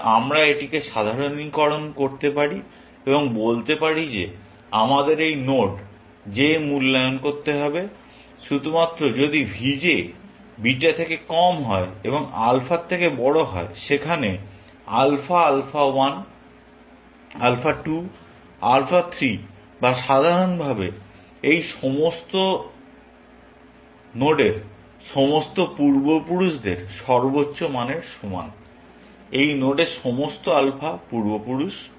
সুতরাং আমরা এটিকে সাধারণীকরণ করতে পারি এবং বলতে পারি যে আমাদের এই নোড j মূল্যায়ন করতে হবে শুধুমাত্র যদি v j বিটা থেকে কম হয় এবং আলফার থেকে বড় হয় যেখানে আলফা আলফা 1 আলফা 2 আলফা 3 বা সাধারণভাবে এই নোডের সমস্ত পূর্বপুরুষদের সর্বোচ্চ মানের সমান এই নোডের সমস্ত আলফা পূর্বপুরুষ